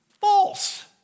False